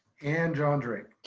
and john drake.